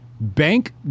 bank